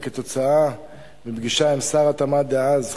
וכתוצאה מפגישה עם שר התמ"ת דאז,